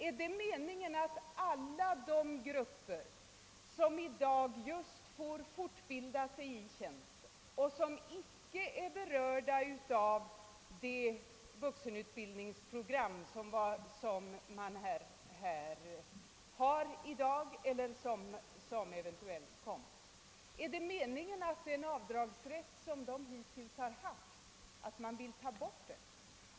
Är det meningen att alla de grupper som i dag får fortbilda sig i tjänsten och som icke är berörda av dagens eller eventuellt kommande vuxenutbildningsprogram inte skall få ha kvar avdragsrätten?